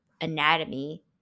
anatomy